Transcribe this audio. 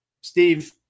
Steve